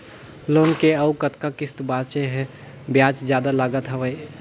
Loan के अउ कतका किस्त बांचें हे? ब्याज जादा लागत हवय,